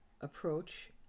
approach